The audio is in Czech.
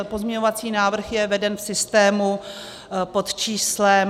Pozměňovací návrh je veden v systému pod číslem 3740.